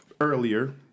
Earlier